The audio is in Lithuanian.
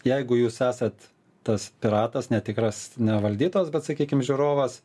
jeigu jūs esat tas piratas netikras ne valdytojas bet sakykim žiūrovas